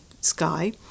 sky